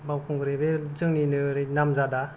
बावखुंग्रि बे जोंनिनो ओरै नामजादा